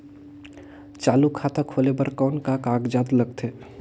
चालू खाता खोले बर कौन का कागजात लगथे?